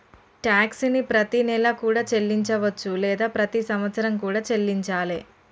tax ని ప్రతినెలా కూడా చెల్లించవచ్చు లేదా ప్రతి సంవత్సరం కూడా చెల్లించాలే